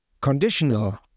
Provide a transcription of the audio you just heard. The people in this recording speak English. conditional